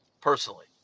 Personally